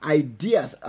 ideas